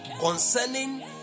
concerning